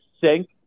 sink